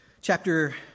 Chapter